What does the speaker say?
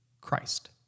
Christ